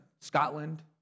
Scotland